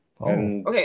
Okay